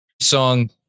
song